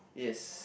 yes